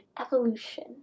evolution